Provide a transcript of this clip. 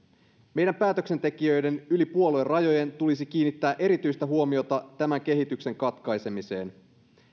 meidän päätöksentekijöiden yli puoluerajojen tulisi kiinnittää erityistä huomiota tämän kehityksen katkaisemiseen